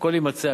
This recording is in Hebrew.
הכול יימצא,